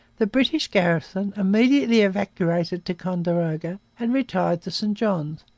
the british garrison immediately evacuated ticonderoga and retired to st johns,